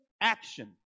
action